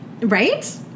Right